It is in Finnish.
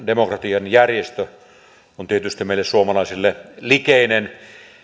demokratian järjestö on tietysti meille suomalaisille likeinen